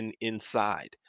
inside